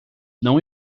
não